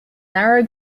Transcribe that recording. narrow